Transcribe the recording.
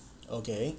okay